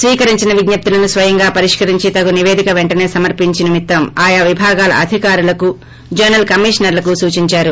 స్పీకరించిన విజ్ఞప్పులను స్వయంగా పరిష్కరించి తగు నిపేదిక వెంటనే సమర్పించు నిమిత్తం ఆయా విభాగాల అధికారులకు జోనల్ కమిషనర్లకు పంపించారు